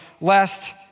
lest